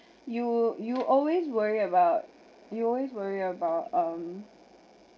you you always worry about you always worry about um